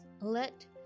Let